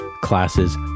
classes